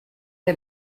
que